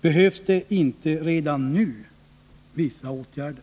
Behövs det inte redan nu vissa åtgärder?